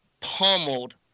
pummeled